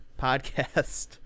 podcast